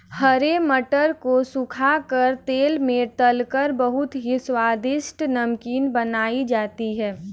हरे मटर को सुखा कर तेल में तलकर बहुत ही स्वादिष्ट नमकीन बनाई जाती है